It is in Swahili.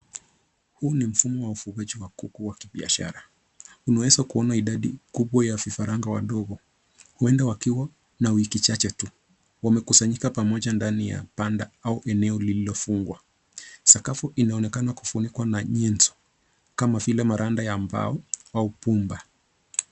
Huu ni mfumo wa ufugaji wa kuku wa kibiashara unaweza kuona idadi kubwa ya vifaranga wadogo huenda wakiwa na wiki chache tu. Wamekusanyika pamoja ndani ya panda au eneo lililofungwa. Sakafu inaonekana kufunikwa na nyenzo kama vile maranda ya mbao au pumba.